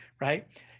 right